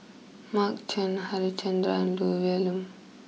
Mark Chan Harichandra and Olivia Lum